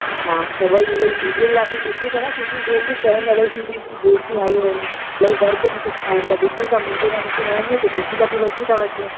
मां त वई उहोई दीदीयुनि लाइ बि ॾिसूं पिया सुठियूं ड्रैसियूं जेको जामु इलाही सुठी ड्रेसियूं आयूं आहिनि इलाही वर्क बि सुठा आहिनि त ॾिसूं था मुंहिंजे लाइ मूंखे वणंदी त दीदी लाइ बि वठी था वठूं